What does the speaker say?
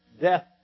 death